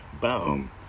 Boom